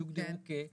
שיוגדרו כמאושפזי בית.